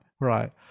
Right